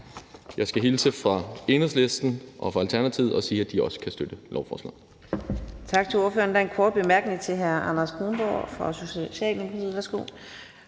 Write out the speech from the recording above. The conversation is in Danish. Jeg skal hilse fra Enhedslisten og fra Alternativet og sige, at de også kan støtte lovforslaget.